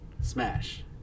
Smash